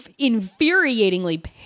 infuriatingly